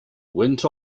went